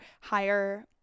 higher